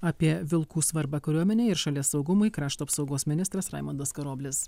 apie vilkų svarbą kariuomenei ir šalies saugumui krašto apsaugos ministras raimondas karoblis